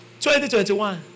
2021